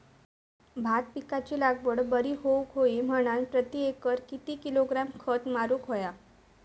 भात पिकाची लागवड बरी होऊक होई म्हणान प्रति एकर किती किलोग्रॅम खत मारुक होया?